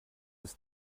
ist